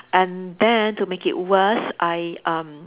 and then to make it worse I um